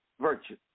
virtue